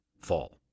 fall